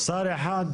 שר אחד?